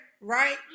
right